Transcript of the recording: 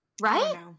right